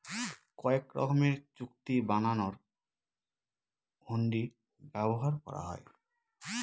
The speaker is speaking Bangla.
কয়েক রকমের চুক্তি বানানোর হুন্ডি ব্যবহার করা হয়